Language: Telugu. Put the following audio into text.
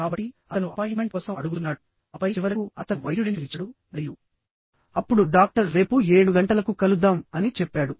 కాబట్టిఅతను అపాయింట్మెంట్ కోసం అడుగుతున్నాడుఆపై చివరకు అతను వైద్యుడిని పిలిచాడు మరియు అప్పుడు డాక్టర్ రేపు 7 గంటలకు కలుద్దాం అని చెప్పాడు